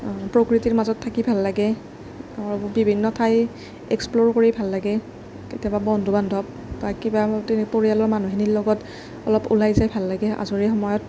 প্ৰকৃতিৰ মাজত থাকি ভাল লাগে আৰু বিভিন্ন ঠাই এক্সপ্ল'ৰ কৰি ভাল লাগে কেতিয়াবা বন্ধু বান্ধৱ বা কিবা পৰিয়ালৰ মানুহখিনিৰ লগত অলপ ওলাই যাই ভাল লাগে আজৰি সময়ত